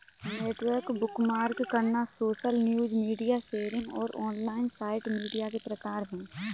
networking, bookmark करना, social news, media sharing और online site media के प्रकार हैं